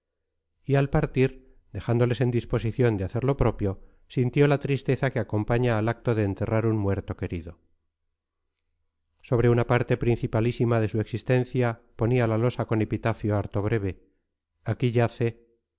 y al partir dejándoles en disposición de hacer lo propio sintió la tristeza que acompaña al acto de enterrar un muerto querido sobre una parte principalísima de su existencia ponía la losa con epitafio harto breve aquí yace